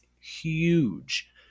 huge